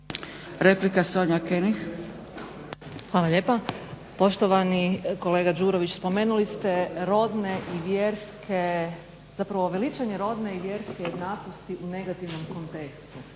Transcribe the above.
**König, Sonja (HNS)** Hvala lijepa. Poštovani kolega Đurović, spomenuli ste rodne i vjerske, zapravo veličanje rodne i vjerske jednakosti u negativnom kontekstu.